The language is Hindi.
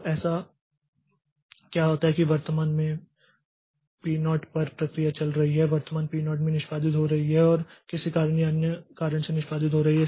तो ऐसा क्या होता है कि वर्तमान में P0 पर प्रक्रिया चल रही है वर्तमान P0 में निष्पादित हो रही है और किसी कारण या अन्य के कारण निष्पादित हो रही है